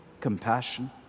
compassion